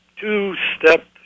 two-step